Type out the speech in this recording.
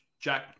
Jack